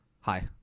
Hi